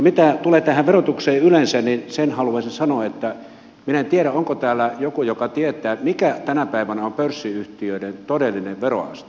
mitä tulee tähän verotukseen yleensä niin sen haluaisin sanoa että minä en tiedä onko täällä joku joka tietää mikä tänä päivänä on pörssiyhtiöiden todellinen veroaste